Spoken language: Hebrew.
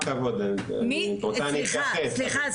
סליחה,